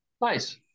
nice